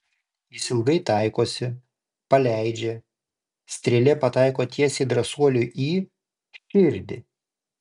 jis ilgai taikosi paleidžia strėlė pataiko tiesiai drąsuoliui į širdį